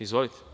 Izvolite.